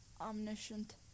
omniscient